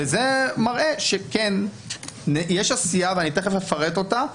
וזה מראה שיש עשייה, ואני תיכף אפרט אותה,